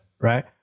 right